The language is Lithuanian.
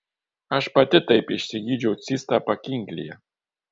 aš pati taip išsigydžiau cistą pakinklyje